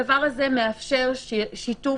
הדבר הזה מאפשר שיתוף,